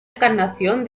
encarnación